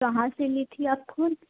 कहाँ से ली थी आप फोन